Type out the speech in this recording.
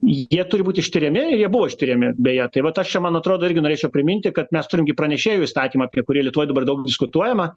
jie turi būt ištiriami ir jie buvo ištiriami beje tai vat aš čia man atrodo irgi norėčiau priminti kad mes turim pranešėjų įstatymą apie kurį lietuvoj dabar daug diskutuojama